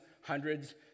hundreds